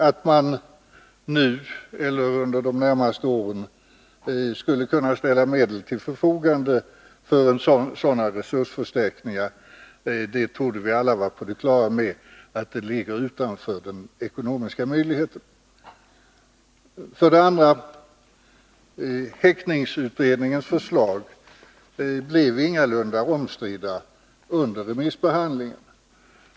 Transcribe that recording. Att nu eller under de närmaste åren ställa medel till förfogande för sådana resursförstärkningar torde vi alla vara på det klara med ligger utanför den ekonomiska möjligheten. För det andra: Häktningsutredningens förslag blev ingalunda oomstridda under remissbehandlingen.